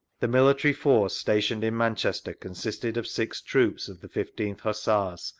the military force stationed in manchester consisted of six troops of the fifteenth hussars,